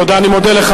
תודה, אני מודה לך.